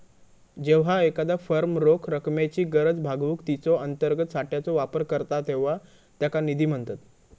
जेव्हा एखादा फर्म रोख रकमेची गरज भागवूक तिच्यो अंतर्गत साठ्याचो वापर करता तेव्हा त्याका निधी म्हणतत